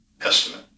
estimate